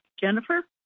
Jennifer